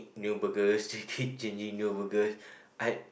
new burgers they keep changing new burgers I